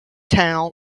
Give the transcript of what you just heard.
town